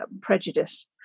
prejudice